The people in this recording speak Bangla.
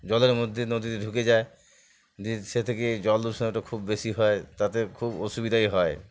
জলের মধ্যে নদীতে ঢুকে যায় যে সে থেকে জল দূষণটা খুব বেশি হয় তাতে খুব অসুবিধাই হয়